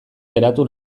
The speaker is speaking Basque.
geratu